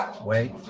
wait